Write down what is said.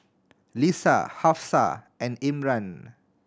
Lisa Hafsa and Imran